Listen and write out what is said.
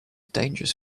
dangerous